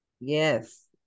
yes